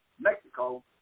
Mexico